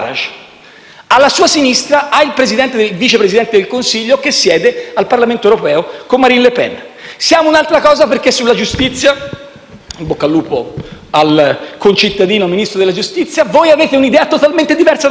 Alla sua sinistra ha il Vice Presidente del Consiglio che siede al Parlamento con Marine Le Pen. Siamo un'altra cosa perché sulla giustizia - in bocca al lupo al concittadino Ministro della giustizia - avete un'idea totalmente diversa da noi,